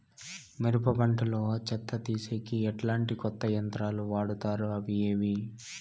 మిరప పంట లో చెత్త తీసేకి ఎట్లాంటి కొత్త యంత్రాలు వాడుతారు అవి ఏవి?